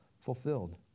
fulfilled